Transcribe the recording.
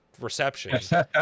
reception